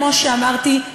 כמו שאמרתי,